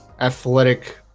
athletic